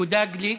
יהודה גליק,